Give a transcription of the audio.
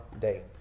day